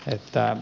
näyttää